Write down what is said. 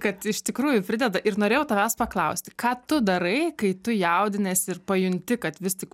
kad iš tikrųjų prideda ir norėjau tavęs paklausti ką tu darai kai tu jaudiniesi ir pajunti kad vis tik